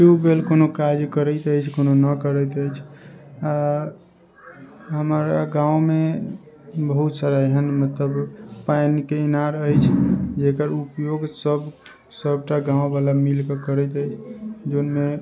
tube well कोनो काज करैत अछि कोनो ना करैत अछि आ हमरा गाममे बहुत सारा एहन मतलब पानिके इनार अछि जकर उपयोगसभ सभटा गामवला मिलिके करैत जोनमे